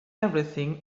everything